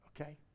Okay